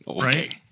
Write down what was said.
Right